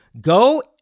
Go